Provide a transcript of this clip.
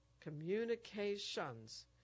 communications